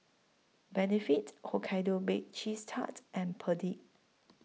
Benefit Hokkaido Baked Cheese Tart and Perdix